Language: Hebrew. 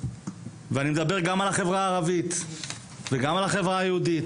אני מדבר גם על החברה הערבית וגם על החברה היהודית,